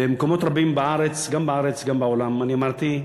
במקומות רבים בארץ, גם בארץ גם בעולם, אמרתי,